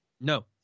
No